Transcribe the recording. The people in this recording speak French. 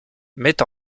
met